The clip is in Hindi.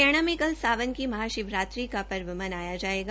हरियाणा में कल सावन की महा शिवरात्रि का पर्व मनाया जायेगा